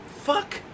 fuck